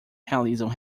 realizam